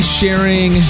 sharing